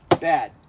bad